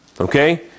Okay